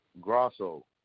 Grosso